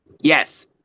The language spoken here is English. yes